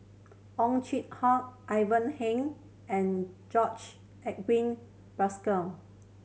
Ow Chin Hock Ivan Heng and George Edwin